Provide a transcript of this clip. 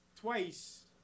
twice